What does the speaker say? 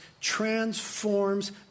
transforms